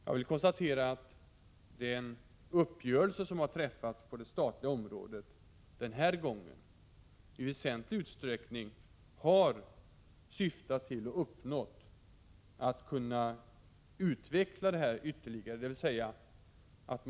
Jag kan konstatera att man genom den uppgörelse som har träffats på det statliga området den här gången i väsentlig utsträckning har syftat till och även skapat möjligheter att ytterligare utveckla dessa principer.